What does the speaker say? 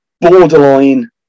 borderline